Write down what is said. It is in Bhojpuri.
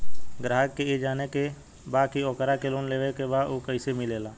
ग्राहक के ई जाने के बा की ओकरा के लोन लेवे के बा ऊ कैसे मिलेला?